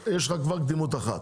יש לך כבר קדימות אחת,